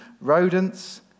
rodents